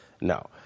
no